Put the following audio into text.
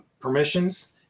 permissions